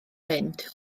mynd